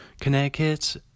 Connecticut